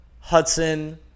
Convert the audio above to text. Hudson